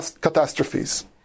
catastrophes